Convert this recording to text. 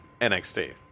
NXT